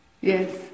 Yes